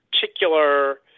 particular